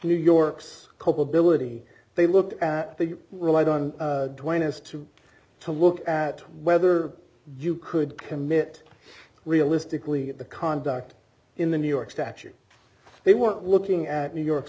new york's co op ability they looked at that they relied on his two to look at whether you could commit realistically the conduct in the new york statute they weren't looking at new york's